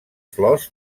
flors